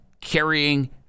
carrying